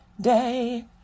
day